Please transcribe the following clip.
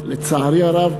לצערי הרב,